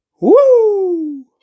Woo